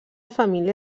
família